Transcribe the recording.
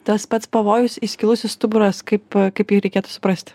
tas pats pavojus įskilusis stuburas kaip kaip jį reikėtų suprasti